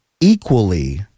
equally